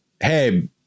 Hey